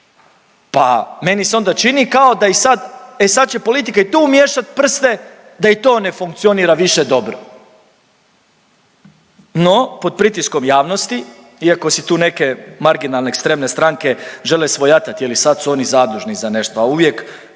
pa meni se onda čini kao da i sad, e sad će politika tu umiješat prste da i to ne funkcionira više dobro. No, pod pritiskom javnosti iako si tu marginalne, ekstremne stranke žele svojatati je li su oni zadužni za nešto, a uvijek